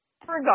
forgot